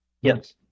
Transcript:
Yes